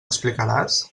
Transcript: explicaràs